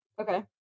Okay